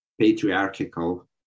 patriarchal